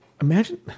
imagine